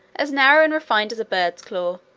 as narrow and refined as a bird's claw.